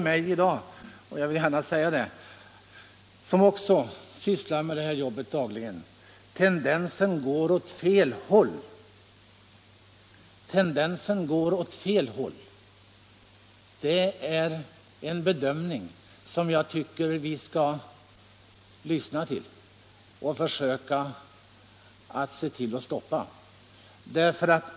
Någon som också sysslar med det här jobbet dagligen sade till mig i dag — jag vill gärna säga det här — att tendensen går åt fel håll. Det tycker jag är en bedömning som vi skall lyssna till så att vi kan stoppa det förloppet.